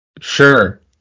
Sure